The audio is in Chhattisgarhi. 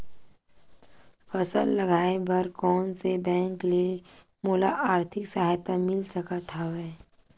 फसल लगाये बर कोन से बैंक ले मोला आर्थिक सहायता मिल सकत हवय?